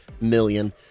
million